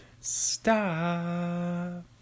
stop